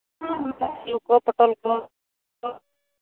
ᱟᱹᱞᱩ ᱠᱚ ᱯᱚᱴᱚᱞ ᱠᱚ